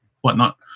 whatnot